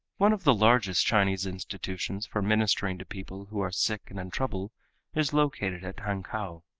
one of the largest chinese institutions for ministering to people who are sick and in trouble is located at hankow.